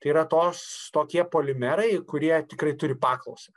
tai yra tos tokie polimerai kurie tikrai turi paklausą